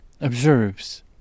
observes